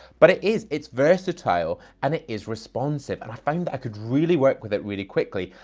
but it is. it's versatile and it is responsive. and i found that i could really work with it really quickly.